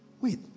wait